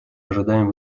ожидаем